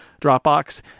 Dropbox